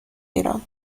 ایران